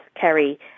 Kerry